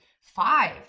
five